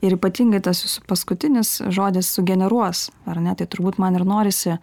ir ypatingai tas jūsų paskutinis žodis sugeneruos ar ne tai turbūt man ir norisi